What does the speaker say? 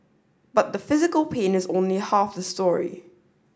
but the physical pain is only half the story